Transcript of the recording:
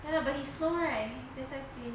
I know but he slow right that's why flame